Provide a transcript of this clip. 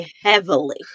heavily